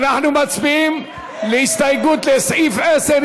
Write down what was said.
אנחנו מצביעים על ההסתייגות לסעיף 10,